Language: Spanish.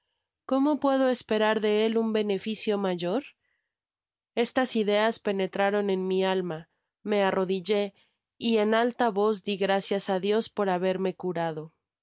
cómo puedo esperar de él un beneficia mayor estas ideas penetraron en mi alma me arrodillé y en alta vos di gracias á dios de haberme curado